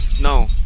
no